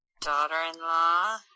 Daughter-in-law